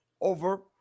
over